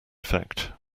effect